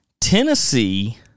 Tennessee